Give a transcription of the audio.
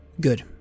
good